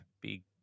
big